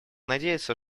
надеяться